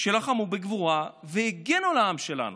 שלחמו בגבורה והגנו על העם שלנו,